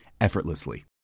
effortlessly